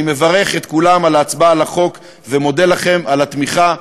אני מברך את כולם על ההצבעה על החוק ומודה לכם על התמיכה.